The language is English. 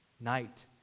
night